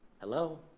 Hello